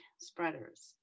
spreaders